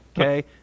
Okay